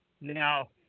now